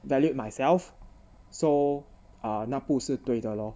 valued myself so uh 那不是对的 lor